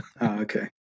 okay